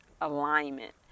alignment